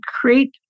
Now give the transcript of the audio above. create